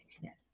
yes